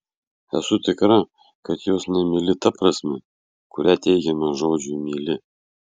esu tikra kad jos nemyli ta prasme kurią teikiame žodžiui myli